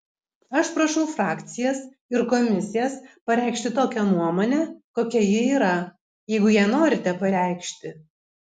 aš prašau frakcijas ir komisijas pareikšti tokią nuomonę kokia ji yra jeigu ją norite pareikšti